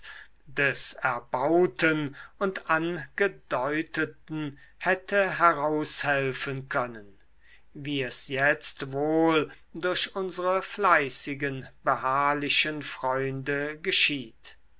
des erbauten und angedeuteten hätte heraushelfen können wie es jetzt wohl durch unsere fleißigen beharrlichen freunde geschieht